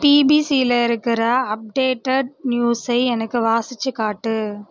பிபிசியில் இருக்கிற அப்டேட்டட் நியூஸை எனக்கு வாசித்து காட்டு